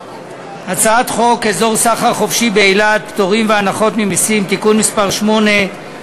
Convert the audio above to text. הצעת חוק אזור סחר חופשי באילת (פטורים והנחות ממסים) (תיקון מס' 8),